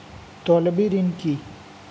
তলবি ঋণ কি?